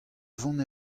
vont